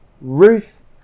Ruth